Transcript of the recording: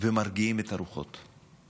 ומרגיעים את הרוחות.